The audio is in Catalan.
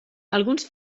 alguns